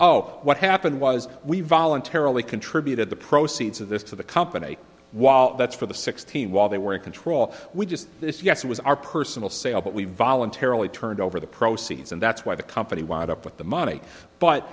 oh what happened was we voluntarily contributed the proceeds of this to the company while that's for the sixteen while they were in control we just this yes it was our personal sale but we voluntarily turned over the proceeds and that's why the company wound up with the money but